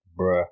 bruh